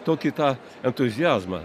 tokį tą entuziazmą